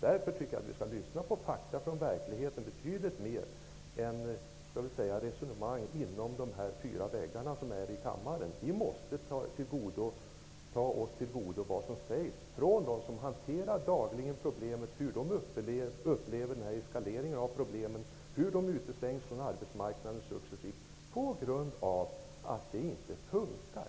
Vi borde betydligt mer beakta fakta från verkligheten än resonemang inom kammarens fyra väggar. Vi måste tillgodogöra oss vad som sägs av dem som dagligen hanterar problemen, hur de upplever eskaleringen av problemen, hur de successivt utestängs från arbetsmarknaden på grund av att det hela inte ''funkar''.